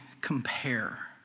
compare